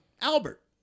Albert